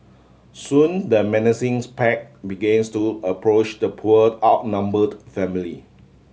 soon the menacing pack begins to approach the poor outnumbered family